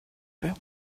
about